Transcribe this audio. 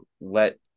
let